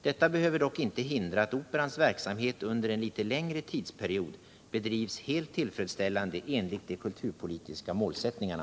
Detta behöver dock inte hindra att Operans verksamhet under en litet längre tidsperiod bedrivs helt tillfredsställande enligt de kulturpolitiska målsättningarna.